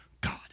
God